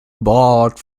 barred